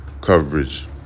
coverage